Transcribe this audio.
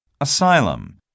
Asylum